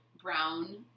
brown